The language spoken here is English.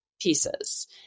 pieces